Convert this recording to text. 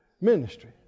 Ministry